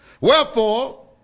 Wherefore